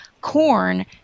corn